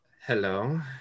Hello